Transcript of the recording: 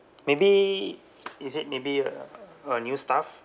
maybe is it maybe a a new staff